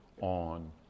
on